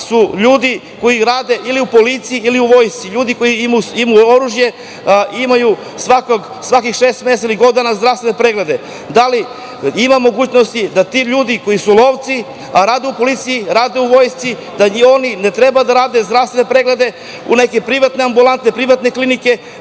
su ljudi koji rade u policiji ili u Vojsci, ljudi koji imaju oružje imaju svakih šest meseci zdravstvene preglede. Da li ima mogućnost da ti ljudi, koji su lovci, a rade u policiji, rade u Vojsci, ne rade zdravstvene preglede u nekim privatnim ambulantama, privatnim klinikama,